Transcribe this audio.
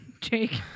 Jake